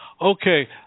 Okay